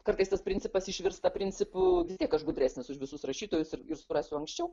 kartais tas principas išvirsta principu vis tiek aš gudresnis už visus rašytojus ir ir suprasiu anksčiau